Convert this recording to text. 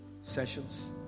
sessions